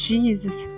Jesus